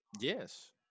Yes